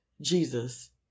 Jesus